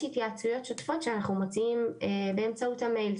התייעצויות שוטפות שאנחנו מציעים באמצעות המייל.